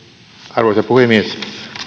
arvoisa puhemies